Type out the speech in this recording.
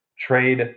trade